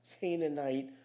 Canaanite